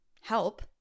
help